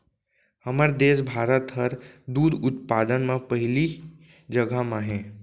हमर देस भारत हर दूद उत्पादन म पहिली जघा म हे